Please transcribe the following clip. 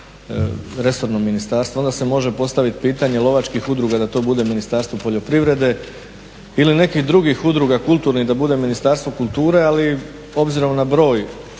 resorno ministarstvo. Onda se može postaviti pitanje lovačkih udruga da to bude Ministarstvo poljoprivrede ili nekih drugih udruga kulturnih da budu u Ministarstvu kulture. Ali obzirom na broj